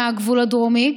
מהגבול הדרומי.